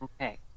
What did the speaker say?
Okay